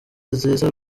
nziza